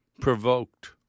provoked